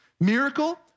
miracle